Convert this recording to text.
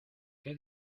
qué